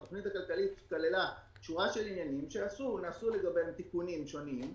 התוכנית הכלכלית כללה שורה של עניינים שנעשו לגביהם תיקונים שונים,